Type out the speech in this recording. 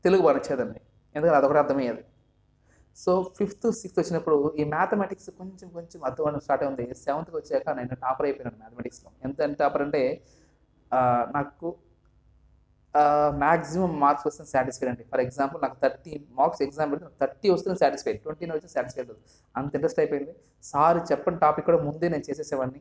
తెలుగు బాగా నచ్చేదండి ఎందుకంటే అది ఒకటే అర్థమయ్యేది సో ఫిఫ్త్ సిక్స్త్ వచ్చినప్పుడు ఈ మ్యాథమెటిక్స్ కొంచెం కొంచెం అర్థం అవడం స్టార్ట్ అయింది సెవెంత్కి వచ్చాక నేను టాపర్ అయిపోయినాను మ్యాథమెటిక్స్లో ఎంతెంత టాపర్ అంటే నాకు మ్యాక్సిమం మార్క్స్ సాటిస్ఫై అండి ఫర్ ఎగ్జాంపుల్ నాకు థర్టీ మార్క్స్ ఎగ్జామ్ అంటే నాకు థర్టీ వస్తేనే సాటిస్ఫై ట్వంటీ నైన్ వచ్చిన సాటిస్ఫై అవ్వను అంత ఇంట్రెస్ట్ అయిపోయింది సార్ చెప్పని టాపిక్ కూడా ముందే నేను చేసేసేవాడిని